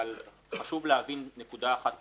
אבל חשוב להבין נקודה אחת בסיסית.